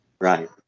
Right